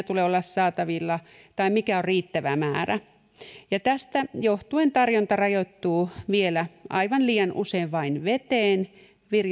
tulee olla saatavilla tai mikä on riittävä määrä ja tästä johtuen tarjonta rajoittuu vielä aivan liian usein vain veteen